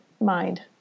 mind